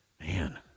Man